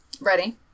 Ready